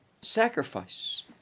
sacrifice